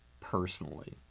personally